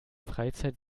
freizeit